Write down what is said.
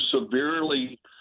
severely